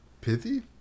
Pithy